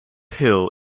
hill